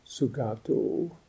Sugato